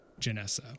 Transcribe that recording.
Janessa